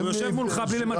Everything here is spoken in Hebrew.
הוא יושב מולך בלי למצמץ.